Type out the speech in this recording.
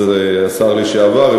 כבוד השר לשעבר,